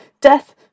death